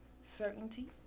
certainty